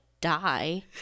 die